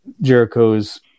Jericho's